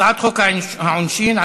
הצעת חוק העונשין (תיקון,